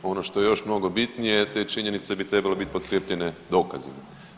Ono što je još mnogo bitnije, te činjenice bi trebale biti potkrijepljene dokazima.